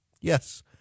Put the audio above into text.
Yes